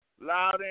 loud